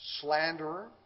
slanderer